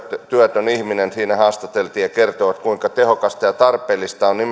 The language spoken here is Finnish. työtön ihminen haastateltiin he kertoivat kuinka tehokasta ja tarpeellista on